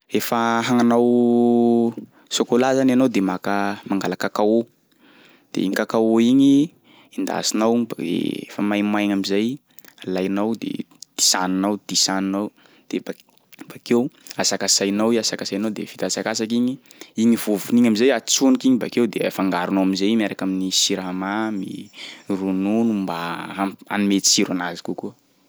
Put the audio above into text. Efa hagnanao chocolat zany anao de maka- mangala cacao de igny cacao igny endasinao bak- fa maimaigna am'zay alainao de disaninao disaninao de bak- bakeo asakasainao i asakasainao de vita asakasaka igny, igny vaofiny igny am'zay atsoniky igny bakeo de afangaronao am'zay i miaraka amin'ny siramamy, ronono mba amp- anome tsiro anazy kokoa.